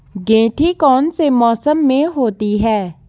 गेंठी कौन से मौसम में होती है?